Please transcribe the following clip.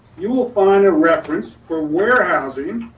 you will find a reference for warehousing.